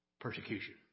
persecution